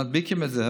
מדביקים את זה,